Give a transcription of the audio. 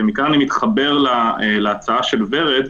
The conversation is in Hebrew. ומכאן אני מתחבר להצעה של ורד,